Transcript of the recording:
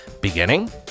Beginning